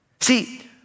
See